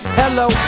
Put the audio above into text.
hello